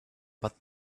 but